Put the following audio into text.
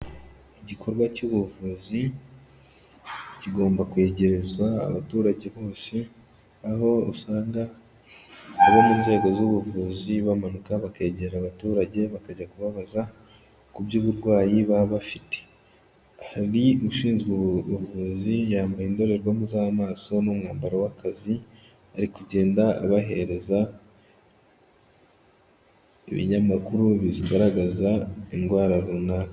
Igikorwa cy'ubuvuzi kigomba kwegerezwa abaturage bose, aho usanga abo mu nzego z'ubuvuzi bamanuka bakegera abaturage, bakajya kubabaza ku by'uburwayi baba bafite. Hari ushinzwe ubuvuzi, yambaye indorerwamo z'amaso n'umwambaro w'akazi, ari kugenda abahereza ibinyamakuru bigaragaza indwara runaka.